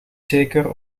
zeker